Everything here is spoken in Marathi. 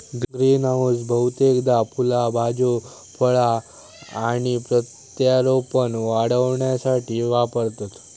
ग्रीनहाऊस बहुतेकदा फुला भाज्यो फळा आणि प्रत्यारोपण वाढविण्यासाठी वापरतत